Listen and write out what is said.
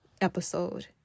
episode